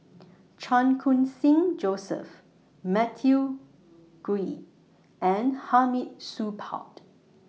Chan Khun Sing Joseph Matthew Ngui and Hamid Supaat